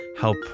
help